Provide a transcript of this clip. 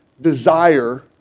desire